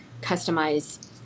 customize